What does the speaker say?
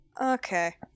Okay